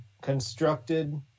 constructed